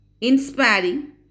inspiring